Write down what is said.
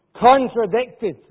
contradicted